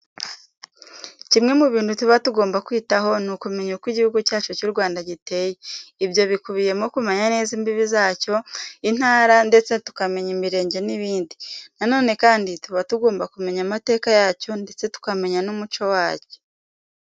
Kimwe mu bintu tuba tugomba kwitaho, ni ukumenya uko Igihugu cyacu cy'u Rwanda giteye. Ibyo bikubiyemo kumenya neza imbibi zacyo, intara ndetse tukamenya imirenge n'ibindi. Na none kandi tuba tugomba kumenya amateka yacyo ndetse tukamenya n'umuco wacyo.